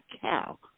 cow